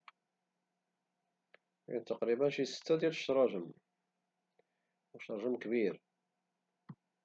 تقريبا شي ستة ديال الشراجم او شرجم كبير